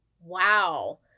Wow